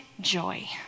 joy